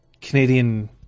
Canadian